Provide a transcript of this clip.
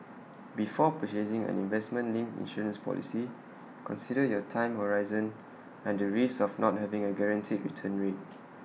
before purchasing an investment linked insurance policy consider your time horizon and the risks of not having A guaranteed return rate